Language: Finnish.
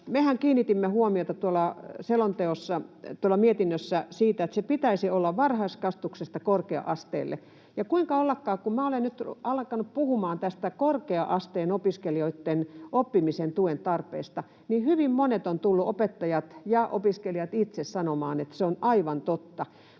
Mehän kiinnitimme huomiota mietinnössä siihen, että sen pitäisi olla varhaiskasvatuksesta korkea-asteelle, ja kuinka ollakaan kun minä olen nyt alkanut puhumaan korkea-asteen opiskelijoitten oppimisen tuen tarpeesta, niin hyvin monet, opettajat ja opiskelijat, ovat tulleet itse sanomaan, että se on aivan totta.